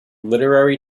literary